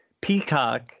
Peacock